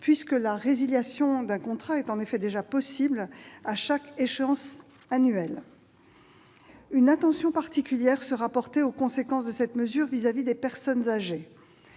actuelle, la résiliation d'un contrat étant déjà possible à chaque échéance annuelle. Une attention particulière sera portée aux conséquences de cette mesure pour les personnes âgées.